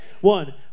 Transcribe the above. One